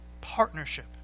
partnership